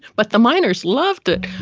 but the miners loved it.